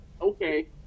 Okay